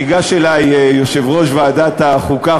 ניגש אלי יושב-ראש ועדת החוקה,